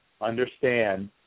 understand